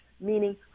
meaning